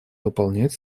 выполнять